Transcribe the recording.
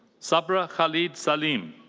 sabra khalid salim.